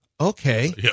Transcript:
Okay